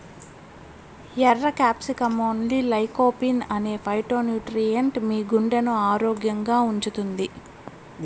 ఎర్ర క్యాప్సికమ్లోని లైకోపీన్ అనే ఫైటోన్యూట్రియెంట్ మీ గుండెను ఆరోగ్యంగా ఉంచుతుంది